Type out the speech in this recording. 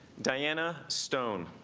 diana stone